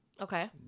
Okay